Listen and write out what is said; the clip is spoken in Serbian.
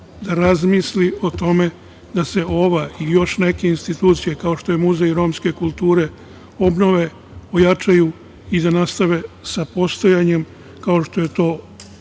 da razmisli o tome da se ova i još neke institucije, kao što je Muzej romske kulture, obnove, ojačaju i da nastave sa postojanjem, kao što je to